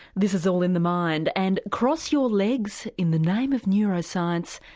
this is all in the mind and cross your legs, in the name of neuroscience,